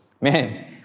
Man